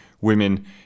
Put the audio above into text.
women